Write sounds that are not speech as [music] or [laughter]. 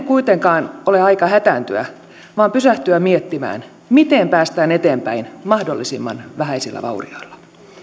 [unintelligible] kuitenkaan ole aika hätääntyä vaan pysähtyä miettimään miten päästään eteenpäin mahdollisimman vähäisillä vaurioilla